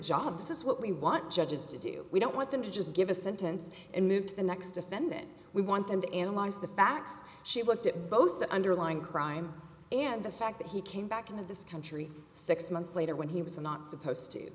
job this is what we want judges to do we don't want them to just give a sentence and move to the next defendant we want them to analyze the facts she looked at both the underlying crime and the fact that he came back into this country six months later when he was not supposed to